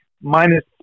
Minus